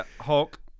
Hulk